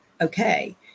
okay